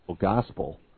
gospel